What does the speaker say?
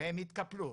והם התקפלו.